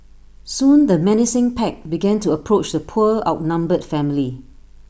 soon the menacing pack began to approach the poor outnumbered family